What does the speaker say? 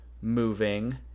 moving